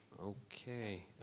okay.